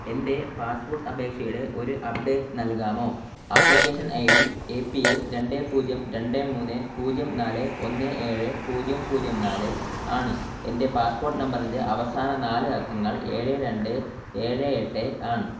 എന്റെ പാസ്പോർട്ട് അപേക്ഷയുടെ ഒര് അപ്ഡേറ്റ് നൽകാമോ application ID A P L എൽ രണ്ട് പൂജ്യം രണ്ട് മൂന്ന് പൂജ്യം നാല് ഒന്ന് ഏഴ് പൂജ്യം പൂജ്യം നാല് ആണ് എന്റെ പാസ്പോർട്ട് നമ്പറിന്റെ അവസാന നാല് അക്കങ്ങൾ ഏഴ് രണ്ട് ഏഴ് എട്ട് ആണ്